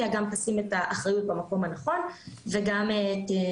שמתי את הבקרה של הניסוי עצמו בנפרד,